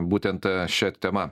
būtent šia tema